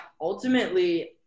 ultimately